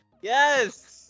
Yes